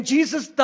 Jesus